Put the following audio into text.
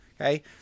Okay